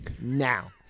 now